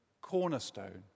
cornerstone